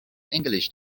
english